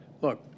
Look